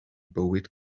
bywyd